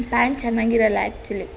pant ಚೆನ್ನಾಗಿರಲ್ಲ actually